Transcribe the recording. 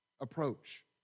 approach